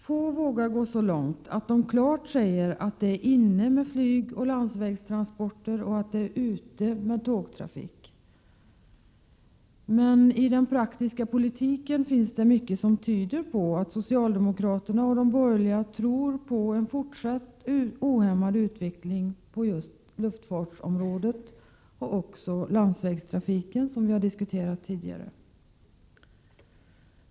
Få vågar gå så långt att de klart säger att det är inne med flygoch landsvägstransporter och ute med tågtrafik, men i den praktiska politiken 161 finns det mycket som tyder på att socialdemokraterna och de borgerliga tror på en fortsatt ohämmad utveckling på luftfartens område, och också beträffande landsvägstrafiken, som vi har diskuterat tidigare.